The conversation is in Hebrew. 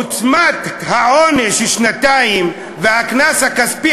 עוצמת העונש של שנתיים והקנס הכספי